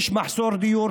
יש מחסור בדיור